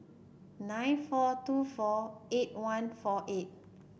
nine four two four eight one four eight